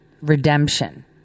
redemption